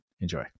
Enjoy